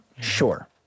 sure